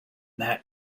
that